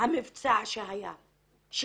שהמבצע שהיה כשל,